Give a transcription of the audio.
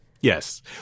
Yes